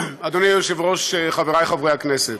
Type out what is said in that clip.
אדוני היושב-ראש, חבריי חברי הכנסת,